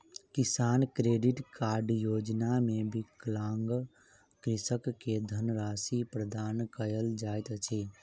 किसान credit card योजना मे विकलांग कृषक के धनराशि प्रदान कयल जाइत अछि